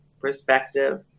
perspective